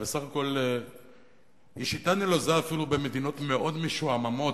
שהיא בסך-הכול שיטה נלוזה אפילו במדינות מאוד משועממות,